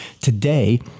today